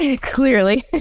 Clearly